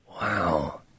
Wow